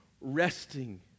resting